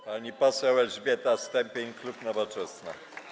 Pani poseł Elżbieta Stępień, klub Nowoczesna.